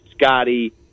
Scotty